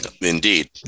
Indeed